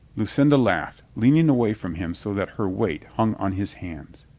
lucinda laughed, lean ing away from him so that her weight hung on his hands.